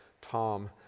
Tom